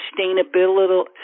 sustainability